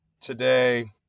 today